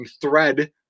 thread